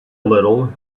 little